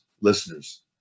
listeners